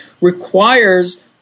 requires